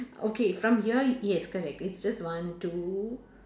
okay from here yes correct it's just one two